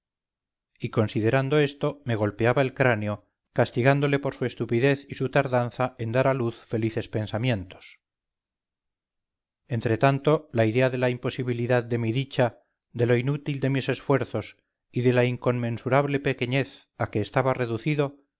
y considerando esto me golpeaba el cráneo castigándole por su estupidez y su tardanza en dar a luz felices pensamientos entretanto la idea de la imposibilidad de mi dicha de lo inútil de mis esfuerzos y de la inconmensurable pequeñez a que estaba reducido